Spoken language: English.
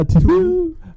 two